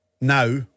now